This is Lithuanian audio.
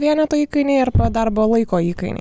vieneto įkainiai arba darbo laiko įkainiai